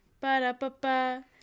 Ba-da-ba-ba